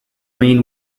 main